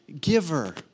giver